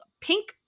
pink